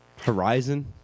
Horizon